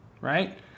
Right